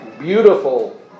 beautiful